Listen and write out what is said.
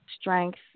strength